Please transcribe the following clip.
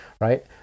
Right